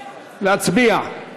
נצביע.